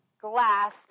glass